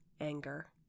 anger